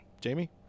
Jamie